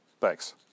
Thanks